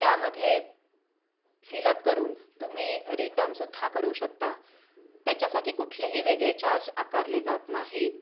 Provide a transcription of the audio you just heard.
त्यामध्ये फिलअप करून तुम्ही रिटर्नसुद्धा करू शकता त्याच्यासाठी कुठलेही वेगळे चार्ज आकारले जात नाहीत